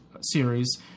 series